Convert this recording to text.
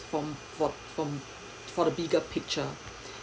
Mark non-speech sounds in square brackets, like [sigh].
from for from for the bigger picture [breath]